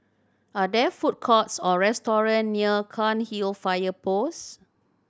are there food courts or restaurant near Cairnhill Fire Post